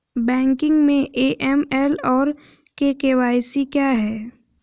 Banking में AML और KYC क्या हैं?